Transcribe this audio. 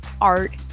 Art